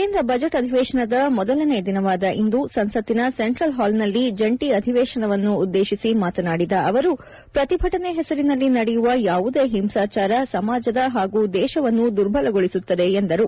ಕೇಂದ್ರ ಬಜೆಟ್ ಅಧಿವೇಶನದ ಮೊದಲನೇ ದಿನವಾದ ಇಂದು ಸಂಸತ್ತಿನ ಸೆಂಟ್ರಲ್ ಹಾಲ್ ನಲ್ಲಿ ಜಂಟ ಅಧಿವೇಶನವನ್ನುದ್ದೇಶಿಸಿ ಮಾತನಾಡಿದ ಅವರು ಪ್ರತಿಭಟನೆ ಹೆಸರಿನಲ್ಲಿ ನಡೆಯುವ ಯಾವುದೇ ಹಿಂಸಾಚಾರ ಸಮಾಜದ ಹಾಗೂ ದೇಶವನ್ನು ದುರ್ಬಲಗೊಳಿಸುತ್ತದೆ ಎಂದರು